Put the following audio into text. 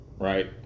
right